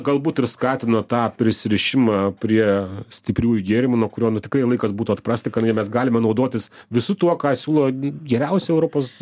galbūt ir skatino tą prisirišimą prie stipriųjų gėrimų nuo kurio tikrai laikas būtų atprasti kadangi mes galime naudotis visu tuo ką siūlo geriausi europos